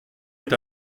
est